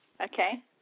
okay